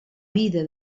vida